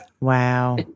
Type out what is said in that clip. Wow